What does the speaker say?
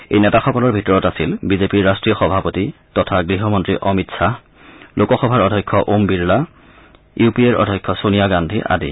এই নেতাসকলৰ ভিতৰত আছিল বিজেপিৰ ৰাষ্ট্ৰীয় সভাপতি তথা গৃহমন্ত্ৰী অমিত খাহ লোকসভাৰ অধ্যক্ষ ওম বিৰলা ইউ পি এৰ অধ্যক্ষ ছোনিয়া গান্ধী আদি